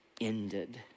ended